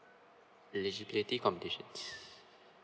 eligibility conditions